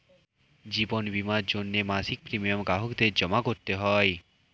জীবন বীমার জন্যে মাসিক প্রিমিয়াম গ্রাহকদের জমা করতে হয়